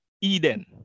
Eden